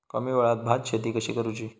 कमी वेळात भात शेती कशी करुची?